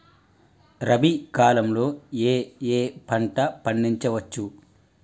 రబీ కాలంలో ఏ ఏ పంట పండించచ్చు?